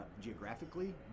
geographically